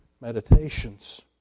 meditations